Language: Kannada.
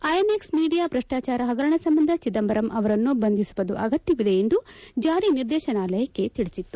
ಐಎನ್ಎಕ್ಸ್ ಮೀಡಿಯಾ ಭ್ರಷ್ಟಾಚಾರ ಹಗರಣ ಸಂಬಂಧ ಚಿದಂಬರಂ ಅವರನ್ನು ಬಂಧಿಸುವುದು ಅಗತ್ತವಿದೆ ಎಂದು ಜಾರಿ ನಿರ್ದೇಶನಾಲಯಕ್ಕೆ ತಿಳಿಸಿತ್ತು